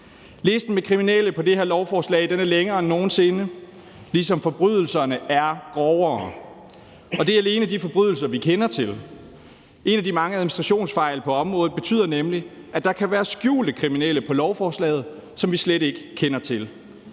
Listen med kriminelle på det her lovforslag er længere end nogen sinde, ligesom forbrydelserne er grovere, og det er alene de forbrydelser, vi kender til. En af de mange administrationsfejl på området betyder nemlig, at der kan være skjulte kriminelle på lovforslaget, som vi slet ikke kender til.